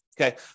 Okay